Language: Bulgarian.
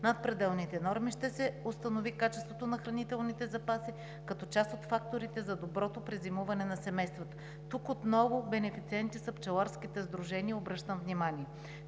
над пределните норми ще се установи качеството на хранителните запаси като част от факторите за доброто презимуване на семействата. Тук отново бенефициенти са пчеларските сдружения – обръщам внимание.